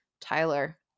tyler